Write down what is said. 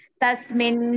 tasmin